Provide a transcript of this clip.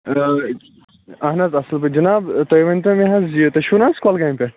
اہن حظ اَصٕل پٲٹھۍ جِناب تُہۍ ؤنۍتو مےٚ حظ یہِ تُہۍ چھُو نہٕ حظ کۄلگامہِ پٮ۪ٹھ